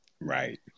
Right